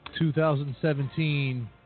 2017